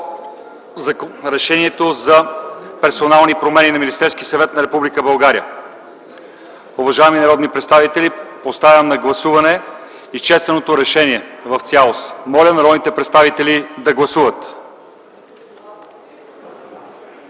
по решението за персонални промени на Министерския съвет на Република България. Уважаеми народни представители, поставям на гласуване изчетеното решение в цялост. Моля народните представители да гласуват.